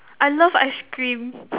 I love ice cream